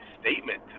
statement